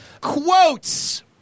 Quotes